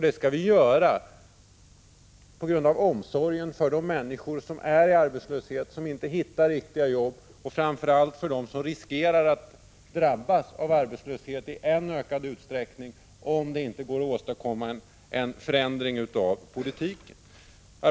Det skall vi göra på grundval av omsorgen om de människor som är i arbetslöshet och inte hittar riktiga jobb och framför allt i omsorg om dem som riskerar att drabbas av arbetslöshet i ännu större utsträckning om det inte går att åstadkomma en förändring av politiken.